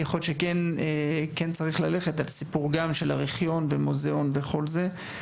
יכול להיות שכן צריך ללכת על סיפור גם של ארכיון ומוזיאון וכל זה.